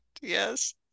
Yes